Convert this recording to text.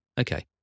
okay